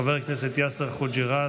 חבר הכנסת יאסר חוג'יראת,